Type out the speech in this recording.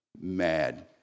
mad